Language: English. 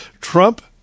Trump